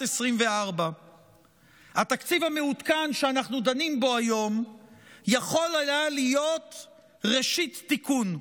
2024. התקציב המעודכן שאנחנו דנים בו היום יכול היה להיות ראשית תיקון,